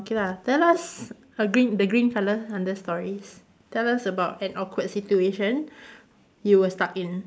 okay lah tell us a green the green colour under stories tell us about an awkward situation you were stuck in